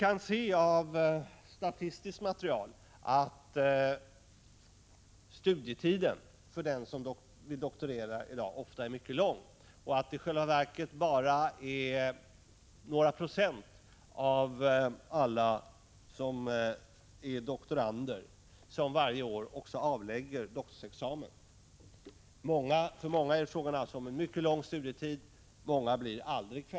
Av statistiskt material kan vi se att studietiden för den som vill doktorera i dag ofta är mycket lång och att bara några procent av doktoranderna varje år avlägger doktorsexamen. För många är det alltså fråga om en mycket lång studietid, och många blir aldrig färdiga.